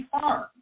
Farm